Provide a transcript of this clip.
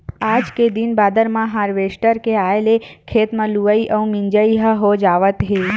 आज के दिन बादर म हारवेस्टर के आए ले खेते म लुवई अउ मिजई ह हो जावत हे